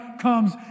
comes